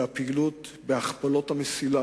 והכפלות המסילה,